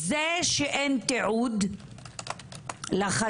זה שאין תיעוד לחקירות,